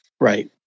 right